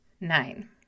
Nine